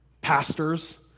pastors